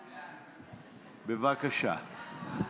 בבקשה.